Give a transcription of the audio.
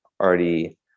already